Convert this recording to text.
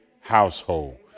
household